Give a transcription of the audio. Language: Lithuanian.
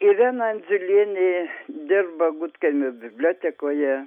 irena andzelienė dirba gudkaimio bibliotekoje